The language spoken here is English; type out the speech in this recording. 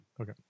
Okay